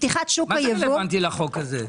מה זה רלוונטי לחוק הזה?